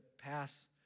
pass